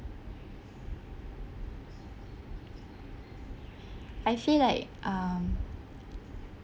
I feel like um